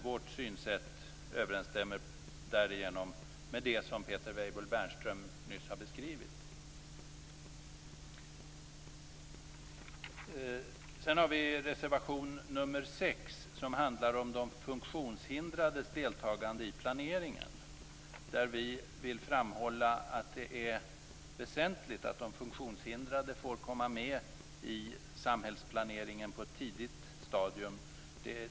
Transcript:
Vårt synsätt överensstämmer här med det som Peter Weibull Bernström nyss har beskrivit. Sedan har vi reservation nr 6, som handlar om de funktionshindrades deltagande i planeringen. Här vill vi framhålla att det är väsentligt att de funktionshindrade får komma med i samhällsplaneringen på ett tidigt stadium.